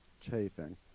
chafing